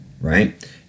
right